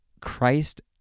Christ